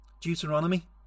Deuteronomy